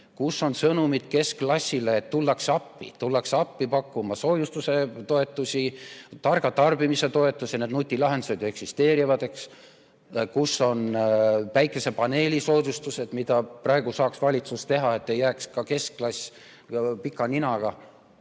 Kus on sõnumid keskklassile, et tullakse appi, tullakse appi pakkuma soojustuse toetusi, targa tarbimise toetusi? Need nutilahendused ju eksisteerivad, eks. Kus on päikesepaneeli soodustused, mida praegu saaks valitsus teha, et ei jääks ka keskklass pika ninaga,